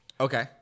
Okay